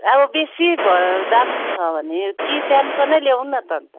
अब बेसी भयो दाम छ भने कि स्यामसङ्गै ल्याऊ न त अन्त